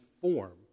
form